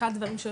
אחד הדברים,